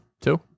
two